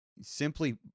simply